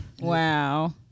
Wow